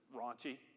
raunchy